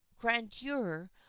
grandeur